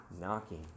knocking